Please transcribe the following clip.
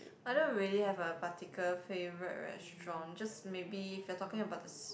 I don't really have a particular favourite restaurant just maybe if you are talking about this